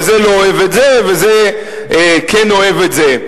וזה לא אוהב את זה וזה כן אוהב את זה.